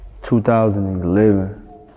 2011